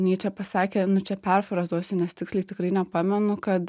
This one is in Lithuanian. nyčė pasakė nu čia perfrazuosiu nes tiksliai tikrai nepamenu kad